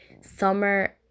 Summer